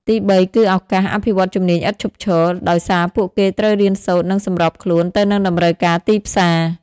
ទីបី គឺឱកាស អភិវឌ្ឍជំនាញឥតឈប់ឈរ ដោយសារពួកគេត្រូវរៀនសូត្រ និងសម្របខ្លួនទៅនឹងតម្រូវការទីផ្សារ។